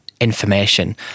information